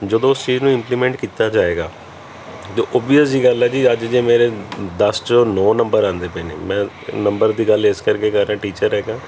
ਜਦੋਂ ਉਸ ਚੀਜ਼ ਨੂੰ ਇੰਪਲੀਮੈਂਟ ਕੀਤਾ ਜਾਵੇਗਾ ਜੋ ਓਵੀਅਸ ਜਿਹੀ ਗੱਲ ਹੈ ਜੀ ਅੱਜ ਜੇ ਮੇਰੇ ਦਸ 'ਚੋਂ ਨੌਂ ਨੰਬਰ ਆਉਂਦੇ ਪਏ ਨੇ ਮੈਂ ਨੰਬਰ ਦੀ ਗੱਲ ਇਸ ਕਰਕੇ ਕਰ ਰਿਹਾ ਟੀਚਰ ਹੈਗਾ